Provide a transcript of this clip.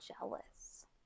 jealous